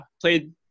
played